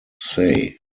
say